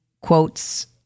quotes